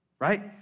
Right